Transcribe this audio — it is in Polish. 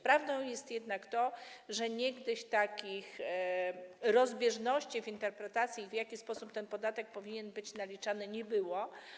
Prawdą jest jednak to, że niegdyś takich rozbieżności w interpretacji, jeżeli chodzi o to, w jaki sposób ten podatek powinien być naliczany, nie było.